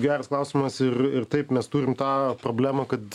geras klausimas ir ir taip mes turim tą problemą kad